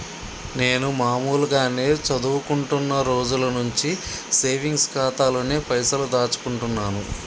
నేను మామూలుగానే చదువుకుంటున్న రోజుల నుంచి సేవింగ్స్ ఖాతాలోనే పైసలు దాచుకుంటున్నాను